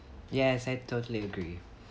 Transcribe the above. yes I totally agree